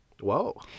Whoa